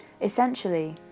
Essentially